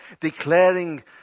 Declaring